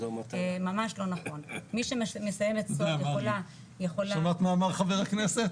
ממש לא נכון מי שמסיימת --- שמעת מה אמר חבר הכנסת?